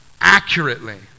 accurately